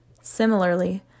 Similarly